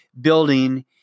building